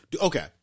okay